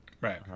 right